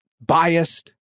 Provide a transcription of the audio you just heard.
Biased